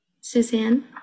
Suzanne